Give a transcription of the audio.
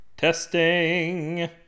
Testing